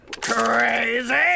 crazy